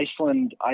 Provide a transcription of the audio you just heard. iceland